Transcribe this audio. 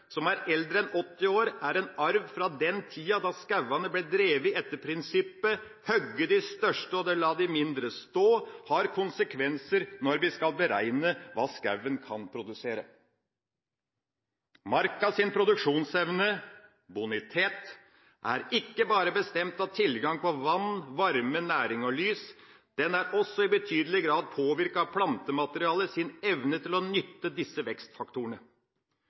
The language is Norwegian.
som er eldre enn 80 år, er en arv fra den tida da skogene ble drevet etter prinsippet om å hogge de største og la det mindre stå, og det har konsekvenser når vi skal beregne hva skogen kan produsere. Markas produksjonsevne – bonitet – er ikke bare bestemt av tilgang på vann, varme, næring og lys, den er også i betydelig grad påvirket av plantematerialets evne til å nytte disse vekstfaktorene.